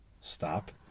stop